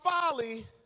folly